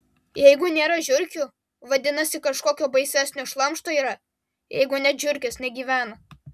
jeigu nėra žiurkių vadinasi kažkokio baisesnio šlamšto yra jeigu net žiurkės negyvena